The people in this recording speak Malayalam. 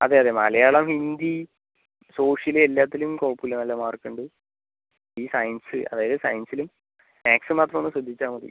അതെ അതെ മലയാളം ഹിന്ദി സോഷ്യൽ എല്ലാത്തിലും കുഴപ്പമില്ല നല്ല മാർക്ക് ഉണ്ട് ഈ സയൻസ് അതായത് സയൻസിലും മാത്സും മാത്രം ഒന്ന് ശ്രദ്ധിച്ചാൽ മതി